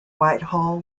whitehall